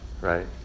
Right